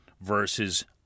versus